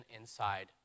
inside